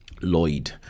Lloyd